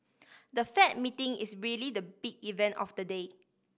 the Fed meeting is really the big event of the day